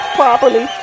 properly